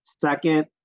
Second